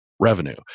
Revenue